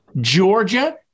Georgia